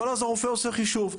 אבל אז הרופא עושה חישוב,